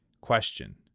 Question